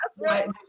Right